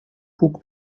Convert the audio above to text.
puk